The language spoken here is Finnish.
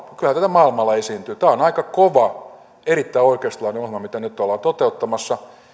maailmalla esiintyy tämä on aika kova erittäin oikeistolainen ohjelma mitä nyt ollaan toteuttamassa